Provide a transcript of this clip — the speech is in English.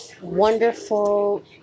wonderful